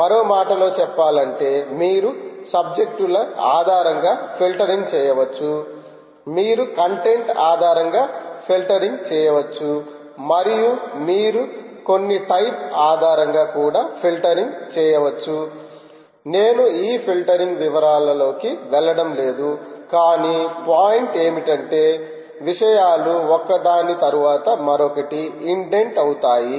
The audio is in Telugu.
మరో మాటలో చెప్పాలంటే మీరు సబ్జెక్టుల ఆధారంగా ఫిల్టరింగ్ చేయవచ్చు మీరు కంటెంట్ ఆధారంగా ఫిల్టరింగ్ చేయ వచ్చు మరియు మీరు కొన్ని టైప్ ఆధారంగా కూడా ఫిల్టరింగ్ చేయవచ్చు నేను ఈ ఫిల్టరింగ్ వివరాలలోకి వెళ్లడం లేదు కాని పాయింట్ ఏమిటంటే విషయాలు ఒక్క దాన్ని తర్వాత మరొకటి ఇండెంట్ అవుతాయి